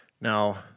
Now